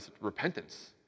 repentance